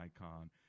icon